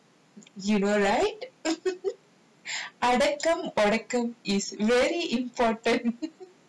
you know right அடக்கம் ஒடுக்கம்:adakkam odukkam is very important